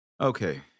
Okay